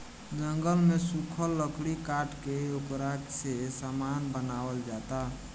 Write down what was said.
जंगल के सुखल लकड़ी काट के ओकरा से सामान बनावल जाता